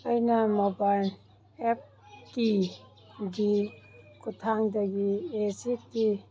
ꯑꯩꯅ ꯃꯣꯕꯥꯏꯜ ꯑꯦꯞꯀꯤ ꯒꯤ ꯈꯨꯊꯥꯡꯗꯒꯤ ꯑꯦ ꯁꯤ ꯇꯤ